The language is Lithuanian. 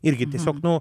irgi tiesiog nu